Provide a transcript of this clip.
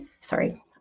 sorry